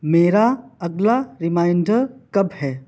میرا اگلا ریمائینڈر کب ہے